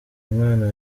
mwana